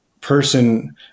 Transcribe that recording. person